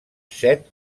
set